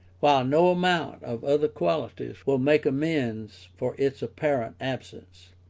while no amount of other qualities will make amends for its apparent absence.